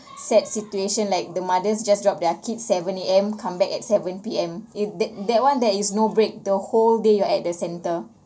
sad situation like the mothers just dropped their kids seven A_M come back at seven P_M you that that one there is no break the whole day you are at the centre